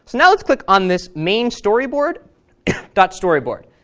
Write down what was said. now let's click on this mainstoryboard storyboard,